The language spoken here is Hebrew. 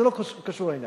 זה לא קשור לעניין,